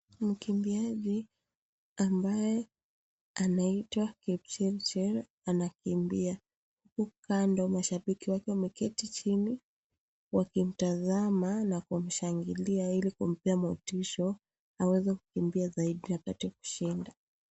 Mkimbiaji ambaye anaitwa Kipchirchir anakimbia ,huku kando mashabiki wake wameketi chini, wakimtazama na kumshangilia ili kumpea motisha, aweze kukimbia zaidi aweze kushinda.